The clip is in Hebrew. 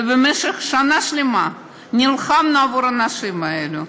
ובמשך שנה שלמה נלחמנו עבור האנשים האלה.